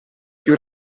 più